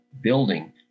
building